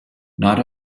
night